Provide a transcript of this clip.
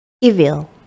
evil